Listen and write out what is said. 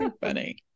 funny